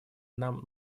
нам